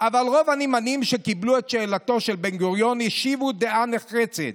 אבל רוב הנמענים שקיבלו את שאלתו של בן-גוריון השיבו דעה נחרצת,